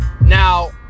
now